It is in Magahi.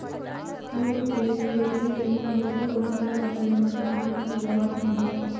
फूल के खेतीले सबसे बढ़िया समय सितंबर से मार्च हई